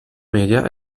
media